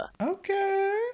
okay